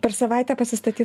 per savaitę pasistatyt